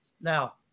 Now